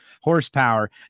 horsepower